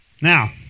Now